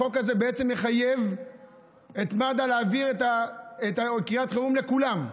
החוק הזה יחייב את מד"א להעביר את קריאת החירום לכולם.